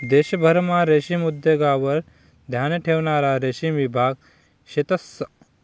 देशभरमा रेशीम उद्योगवर ध्यान ठेवणारा रेशीम विभाग शेतंस